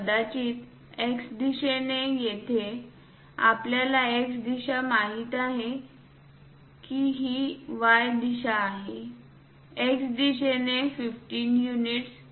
कदाचित X दिशेने येथे आपल्याला X दिशा माहित आहे की ही Y दिशा आहे X दिशेने 15 युनिट्स